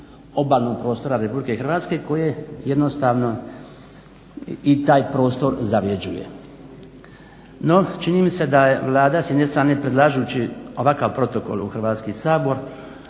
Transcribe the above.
obalnog prostora RH koje jednostavno i taj prostor zavrjeđuje. No, čini mi se da je Vlada s jedne strane predlažući ovakav protokol u Hrvatski sabor